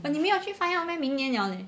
but 你没有去 find meh 明年 liao leh